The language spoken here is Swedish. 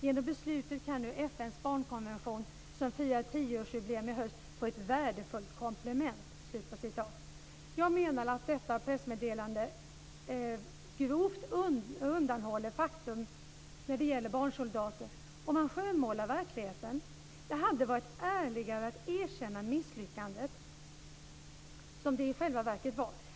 Genom beslutet kan nu FN:s barnkonvention som firar tioårsjubileum i höst få ett värdefullt komplement." Jag anser att detta pressmeddelande grovt undanhåller fakta när det gäller barnsoldater och man skönmålar verkligheten. Det hade varit ärligare att erkänna det misslyckande som det i själva verket var.